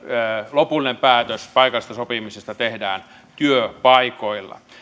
lopullinen päätös paikallisesta sopimisesta tehdään työpaikoilla